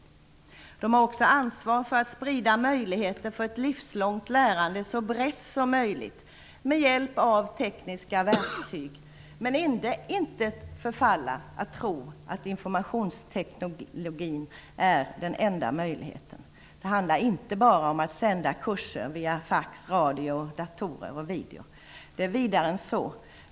Högskolorna har också ansvar för att sprida möjligheter för ett livslångt lärande så brett som möjligt med hjälp av bl.a. tekniska verktyg men att ändå inte förfalla till att tro att informationsteknologin är den enda möjligheten. Det handlar inte bara om att sända kurser via fax, video eller datorer. Det är vidare än så.